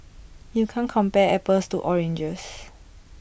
you can't compare apples to oranges